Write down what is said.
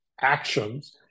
actions